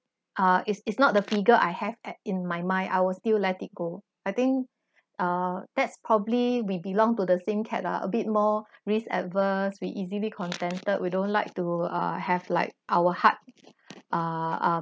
ah is is not the figure I have at in my mind I will still let it go I think uh that's probably we belong to the same cat ah a bit more risk-averse we easily contented we don't like to uh have like our heart uh uh